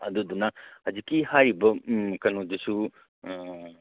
ꯑꯗꯨꯗꯨꯅ ꯍꯧꯖꯤꯛꯀꯤ ꯍꯥꯏꯔꯤꯕ ꯀꯩꯅꯣꯗꯨꯁꯨ